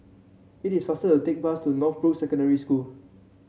it is faster to take the bus to Northbrooks Secondary School